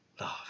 love